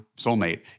soulmate